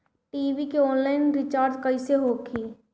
TV के online recharge कैसे होखी?